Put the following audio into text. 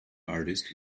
artist